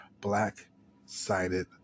black-sided